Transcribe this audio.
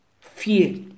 fear